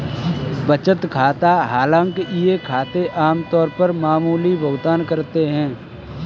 बचत खाता हालांकि ये खाते आम तौर पर मामूली भुगतान करते है